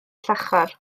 llachar